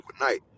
overnight